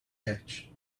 hatch